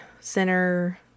center